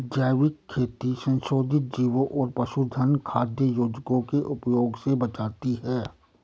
जैविक खेती संशोधित जीवों और पशुधन खाद्य योजकों के उपयोग से बचाती है